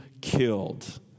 killed